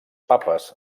papes